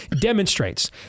demonstrates